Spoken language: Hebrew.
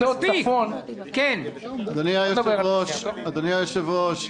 אדוני היושב-ראש,